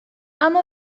اما